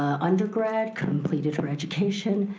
um undergrad, completed her education,